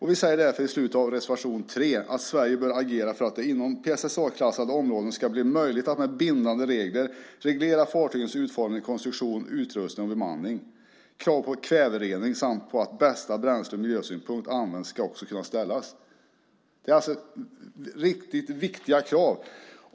Vi säger därför i slutet av reservation 3: "Sverige bör agera för att det inom PSSA-klassade områden ska bli möjligt att med bindande regler reglera fartygens utformning, konstruktion, utrustning och bemanning. Krav på kväverening samt på att bästa bränsle ur miljösynpunkt används ska också kunna ställas." Detta är mycket viktiga krav.